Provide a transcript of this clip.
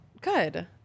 Good